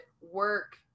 work